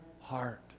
heart